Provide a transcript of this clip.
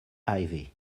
ivy